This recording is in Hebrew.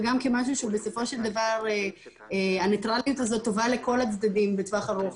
וגם כמשהו שבסופו של דבר הניטרליות הזו טובה לכל הצדדים בטווח ארוך,